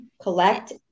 Collect